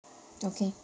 okay